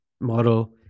model